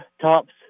tops